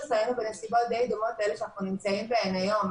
היינו בנסיבות די דומות לאלה שאנחנו נמצאים בהן היום.